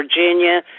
Virginia